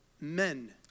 men